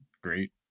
great